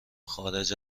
خارج